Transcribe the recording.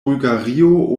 bulgario